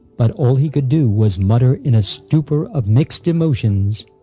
but all he could do was mutter in a stupor of mixed emotions.